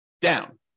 down